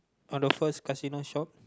on the first casino shop